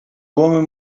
woman